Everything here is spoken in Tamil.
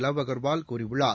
லாவ் அகர்வால் கூறியுள்ளார்